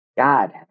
God